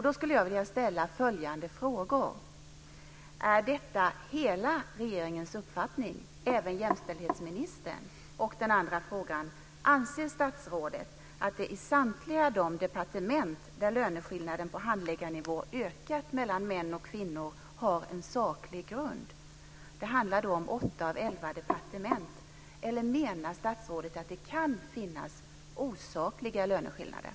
Då skulle jag vilja ställa följande frågor: Är detta hela regeringens uppfattning, även jämställdhetsministerns? Anser statsrådet att det i samtliga de departement där löneskillnaden på handläggarnivå ökat mellan män och kvinnor har en saklig grund - det handlar om åtta av elva departement - eller menar statsrådet att det kan finnas osakliga löneskillnader?